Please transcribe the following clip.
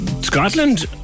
scotland